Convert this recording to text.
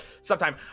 sometime